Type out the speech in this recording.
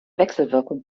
wechselwirkung